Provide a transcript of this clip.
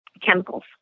chemicals